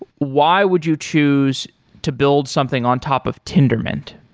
why would you choose to build something on top of tendermint?